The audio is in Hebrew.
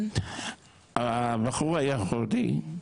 הבחור היה הודי.